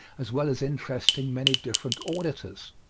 as well as interesting many different auditors.